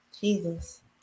Jesus